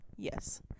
Yes